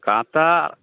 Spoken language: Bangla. কাঁথা